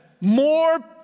more